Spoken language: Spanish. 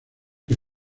que